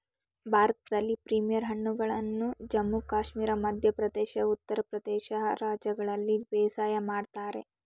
ಭಾರತದಲ್ಲಿ ಪಿಯರ್ ಹಣ್ಣುಗಳನ್ನು ಜಮ್ಮು ಕಾಶ್ಮೀರ ಮಧ್ಯ ಪ್ರದೇಶ್ ಉತ್ತರ ಪ್ರದೇಶ ರಾಜ್ಯಗಳಲ್ಲಿ ಬೇಸಾಯ ಮಾಡ್ತರೆ